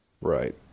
Right